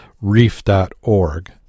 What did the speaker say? reef.org